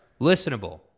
listenable